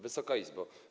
Wysoka Izbo!